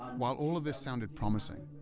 while all of this sounded promising,